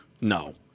No